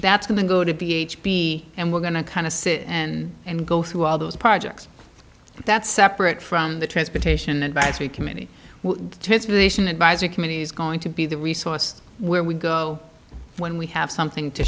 that's going to go to b h p and we're going to kind of sit and and go through all those projects that's separate from the transportation advisory committee to its mission advisory committee is going to be the resource where we go when we have something to